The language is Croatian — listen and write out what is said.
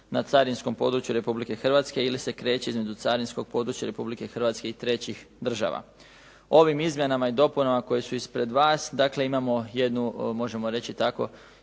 na carinskom području Republike Hrvatske ili se kreće između carinskog područja Republike Hrvatske i trećih država. Ovim izmjenama i dopunama koje su ispred vas, dakle imamo jednu, možemo reći tako